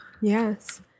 Yes